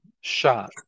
shot